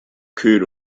crude